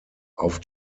auf